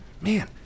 Man